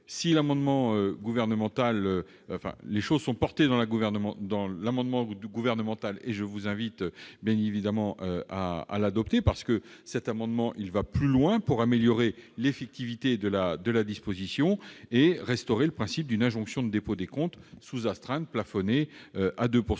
ces choses sont incluses dans l'amendement gouvernemental, que je vous invite à adopter, car il tend à aller plus loin pour améliorer l'effectivité de la disposition et à restaurer le principe d'une injonction de dépôt des comptes sous astreinte plafonnée à 2